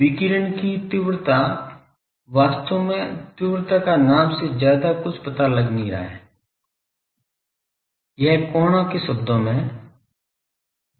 विकिरण की तीव्रता वास्तव में तीव्रता का नाम से ज्यादा कुछ पता नहीं लग रहा है यह कोणों के शब्दों में है